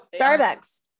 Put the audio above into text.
Starbucks